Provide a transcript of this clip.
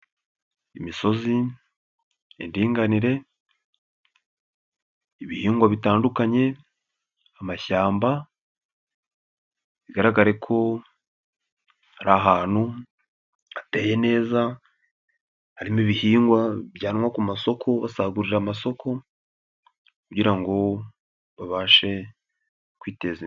Imisozi, indganire, ibihingwa bitandukanye, amashyamba, bigaragare ko hari ahantutu hateye neza, harimo ibihingwa bijyanwa ku masoko, basagurira amasoko kugira ngo babashe kwiteza imbere.